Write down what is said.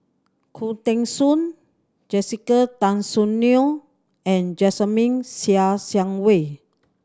Khoo Teng Soon Jessica Tan Soon Neo and Jasmine Ser Xiang Wei